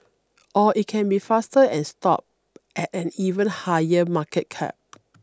or it can be faster and stop at an even higher market cap